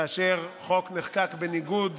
כאשר חוק נחקק בניגוד